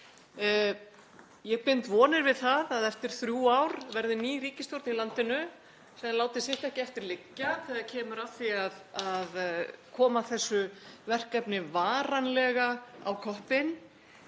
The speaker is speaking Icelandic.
Ég bind vonir við að eftir þrjú ár verði ný ríkisstjórn í landinu sem láti sitt ekki eftir liggja þegar kemur að því að koma þessu verkefni varanlega á koppinn.